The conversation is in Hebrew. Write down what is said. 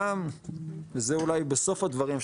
וזה אולי בסוף הדברים,